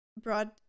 broad